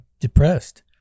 depressed